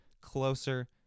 closer